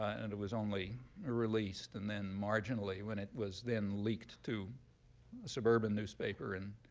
and it was only ah released, and then marginally, when it was then leaked to a suburban newspaper in